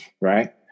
Right